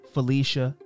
Felicia